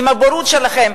בבורות שלכם,